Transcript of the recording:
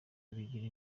bigira